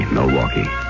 Milwaukee